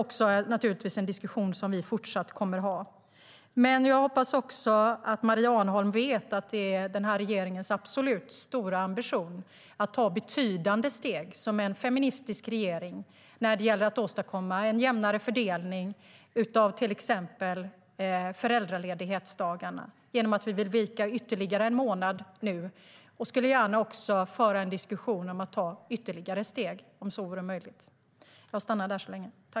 Det är en diskussion som vi kommer att fortsätta att föra.